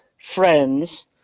Friends